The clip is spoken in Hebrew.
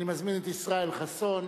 אני מזמין את ישראל חסון.